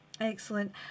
Excellent